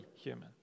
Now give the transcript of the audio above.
human